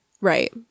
right